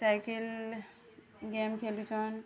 cycle game ଖେଲୁଛନ୍